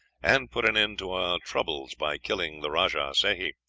and put an end to our troubles by killing the rajah sehi,